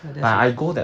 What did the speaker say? but there's still